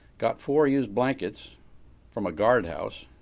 got four used blankets from a guardhouse.